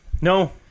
No